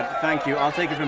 thank you, i'll take